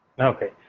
Okay